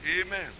Amen